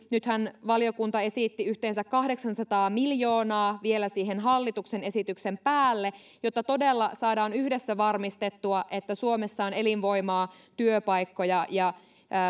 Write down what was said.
nythän valiokunta esitti yhteensä kahdeksansataa miljoonaa vielä siihen hallituksen esityksen päälle jotta todella saadaan yhdessä varmistettua että suomessa on elinvoimaa työpaikkoja ja